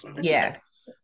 Yes